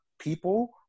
people